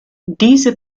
diese